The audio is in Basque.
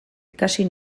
ikasi